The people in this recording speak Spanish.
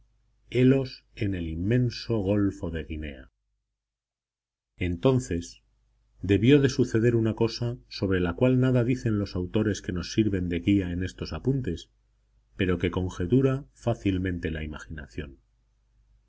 helos en el inmenso golfo de guinea entonces debió de suceder una cosa sobre la cual nada dicen los autores que nos sirven de guía en estos apuntes pero que conjetura fácilmente la imaginación